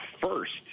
first